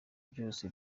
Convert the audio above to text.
byose